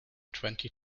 twenty